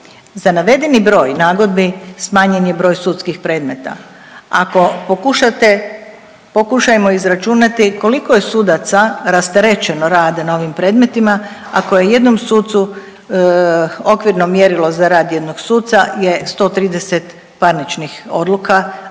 Za navedeni broj nagodbi smanjen je broj sudskih predmeta, ako pokušate, pokušajmo izračunati koliko je sudaca rasterećeno radom na ovim predmetima, ako je jednom sucu okvirno mjerilo za rad jednog suca je 130 parničnih odluka,